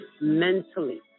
mentally